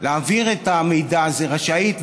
רשאית,